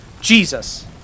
Jesus